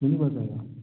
mini bus आहे का